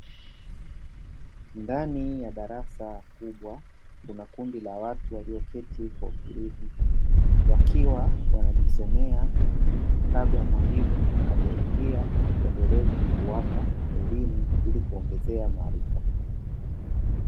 Ndani ya darasa kubwa kuna kundi la watu walioketi kwa utulivu wakiwa wanajisomea kabla mwalimu hajaingia na kuendeleza kuwapa elimu ili kuongezea maarifa.